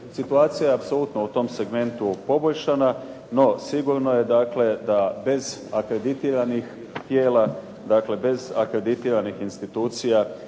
Situacija je apsolutno u tom segmentu poboljšana, no sigurno je dakle, da bez akreditiranih tijela, dakle, bez akreditiranih institucija